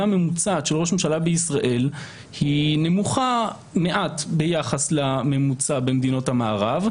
הממוצעת של ראש ממשלה בישראל היא נמוכה מעט ביחס לממוצע במדינות המערב,